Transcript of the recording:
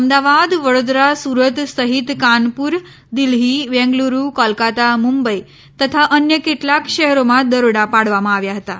અમદાવાદ વડોદરા સુરત સહિત કાનપુર દિલ્હી બેંગલુંરૂ કોલકાત્તા મુંબઈ તથા અન્ય કેટલાંક શહેરોમાં દરોડા પાડવામાં આવ્યા હતાં